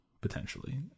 potentially